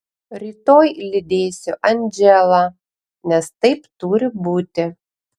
rytoj lydėsiu andželą nes taip turi būti